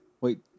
Wait